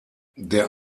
der